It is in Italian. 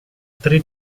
tre